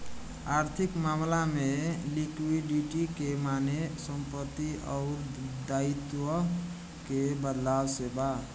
आर्थिक मामला में लिक्विडिटी के माने संपत्ति अउर दाईत्व के बदलाव से बा